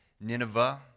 Nineveh